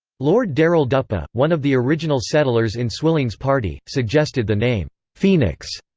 lord darrell duppa, one of the original settlers in swilling's party, suggested the name phoenix,